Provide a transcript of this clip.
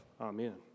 Amen